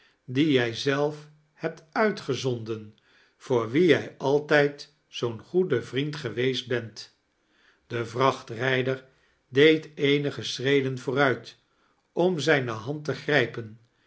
dien jij zelf jiebt uitgezondem voor wien jij altijd zoo'n goede vriend geweest bent de vrachtrijder deed eenige schreiden vooruit om zijne hand te grijpen